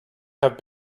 have